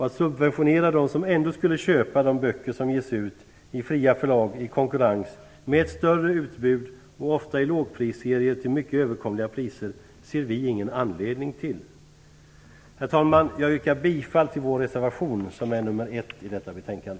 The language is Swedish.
Att subventionera dem som ändå skulle köpa de böcker som ges ut av fria förlag i konkurrens, med större utbud och ofta i lågprisserier till mycket överkomliga priser, ser vi ingen anledning till. Herr talman! Jag yrkar bifall till vår reservation som är nr 1 i detta betänkande.